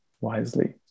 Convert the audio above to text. wisely